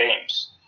games